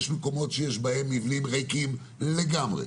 יש מקומות שיש בהם מבנים ריקים לגמרי,